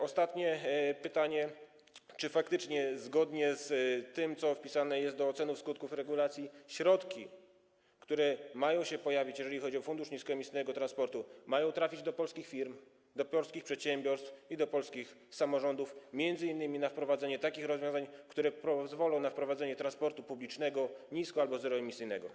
Ostatnie pytanie: Czy faktycznie zgodnie z tym, co wpisane jest do oceny skutków regulacji, środki, które maja się pojawić, jeżeli chodzi o Fundusz Niskoemisyjnego Transportu, trafią do polskich firm, do polskich przedsiębiorstw i do polskich samorządów m.in. na zastosowanie takich rozwiązań, które pozwolą na wprowadzenie publicznego transportu nisko- albo zeroemisyjnego?